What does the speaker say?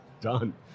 done